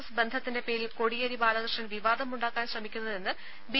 S ബന്ധത്തിന്റെ പേരിൽ കോടിയേരി ബാലകൃഷ്ണൻ വിവാദമുണ്ടാക്കാൻ ശ്രമിക്കുന്നതെന്ന് ബി